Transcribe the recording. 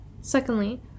Secondly